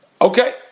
Okay